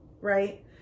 right